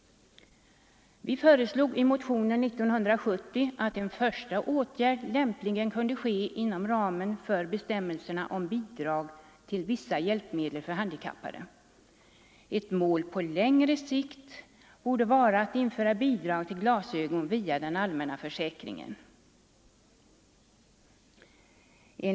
Vi föreslog i motionen 1970 att en första åtgärd lämpligen kunde ske inom ramen för bestämmelserna om bidrag till vissa hjälpmedel för handikappade. Ett mål på längre sikt borde vara att införa bidrag till glasögon via den allmänna försäkringen.